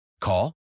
Call